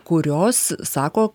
kurios sako